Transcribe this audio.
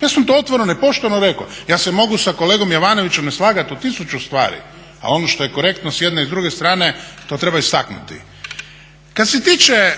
Ja sam to otvoreno i pošteno rekao. Ja se mogu s kolegom Jovanovićem ne slagati u tisuću stvari ali ono što je korektno s jedne i s druge strane to treba istaknuti. Kad se tiče,